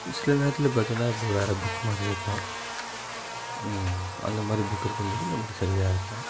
சில நேரத்தில் பார்த்திங்கன்னா வேறு புக்கு மாதிரி இருக்கும் அந்த மாதிரி புக்கு இருக்கும் போது நமக்கு சரியாக இருக்கும்